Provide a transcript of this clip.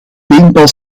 paintball